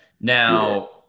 Now